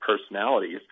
personalities